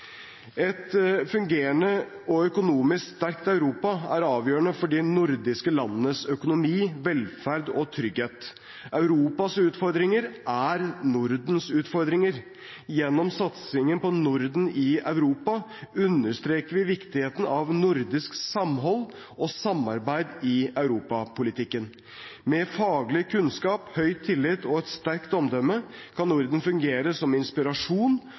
Et fungerende og økonomisk sterkt Europa er avgjørende for de nordiske landenes økonomi, velferd og trygghet. Europas utfordringer er Nordens utfordringer. Gjennom satsingen på Norden i Europa understreker vi viktigheten av nordisk samhold og samarbeid i europapolitikken. Med faglig kunnskap, høy tillit og et sterkt omdømme kan Norden fungere som inspirasjon